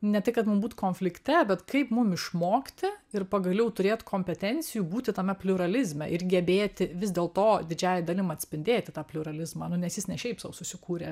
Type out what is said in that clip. ne tai kad mum būt konflikte bet kaip mum išmokti ir pagaliau turėt kompetencijų būti tame pliuralizme ir gebėti vis dėlto didžiąja dalim atspindėti tą pliuralizmą nu nes jis ne šiaip sau susikūrė